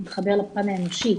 להתחבר לפן האנושי.